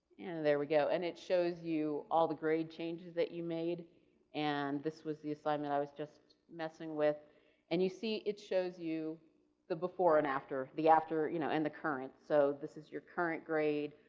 there we go, and it shows you all the grade changes that you made and this was the assignment i was just messing with and you see it shows you the before and after the after you know in the current. so, this is your current grade,